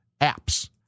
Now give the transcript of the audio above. apps